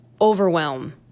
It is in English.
overwhelm